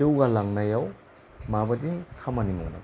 जौगालांनायाव माबादि खामानि मावनांगोन